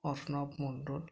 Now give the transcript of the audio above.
অফনব মণ্ডল